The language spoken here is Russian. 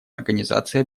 организации